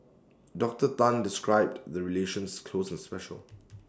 Doctor Tan described the relations close and special